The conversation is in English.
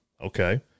Okay